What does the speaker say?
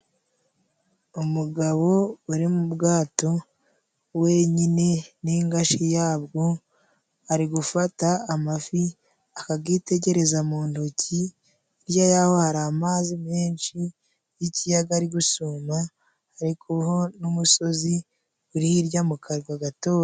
Umugabo uri mu bwato wenyine n'ingashi yabwo， ari gufata， amafi akagitegereza mu ntoki， hirya yaho hari amazi menshi y'ikiyaga，ari gusuma ari kumwe n'umusozi uri hirya mu karwa gatoya.